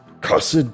cursed